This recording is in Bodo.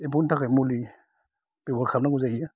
एम्फौनि थाखाय मुलि बेबहार खालामनांगौ जायो